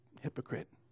hypocrite